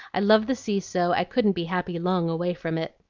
i love the sea so, i couldn't be happy long away from it.